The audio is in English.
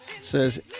says